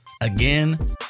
again